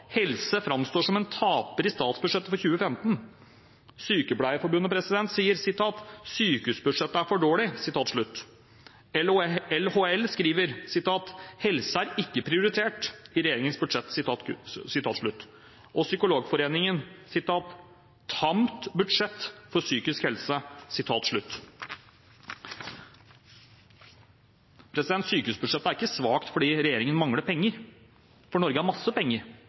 helse ikke er prioritert i regjeringens budsjett …». Psykologforeningen: «Tamt budsjett for psykisk helse.» Sykehusbudsjettet er ikke svakt fordi regjeringen mangler penger. Norge har mye penger,